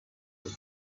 the